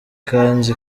kanzu